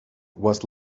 was